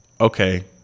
okay